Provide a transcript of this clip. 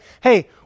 hey